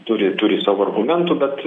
turi turi savo argumentų bet